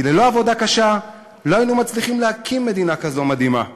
כי ללא עבודה קשה לא היינו מצליחים להקים מדינה כזאת מדהימה,